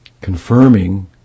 confirming